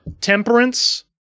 temperance